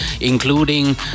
including